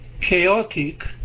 chaotic